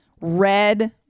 red